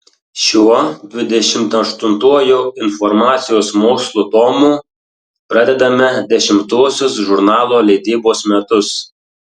šiuo dvidešimt aštuntuoju informacijos mokslų tomu pradedame dešimtuosius žurnalo leidybos metus